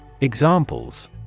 Examples